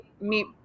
meet